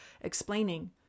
explaining